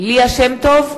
ליה שמטוב,